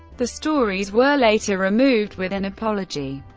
the stories were later removed with an apology.